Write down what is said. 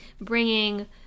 bringing